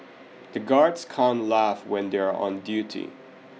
the guards can't laugh when they are on duty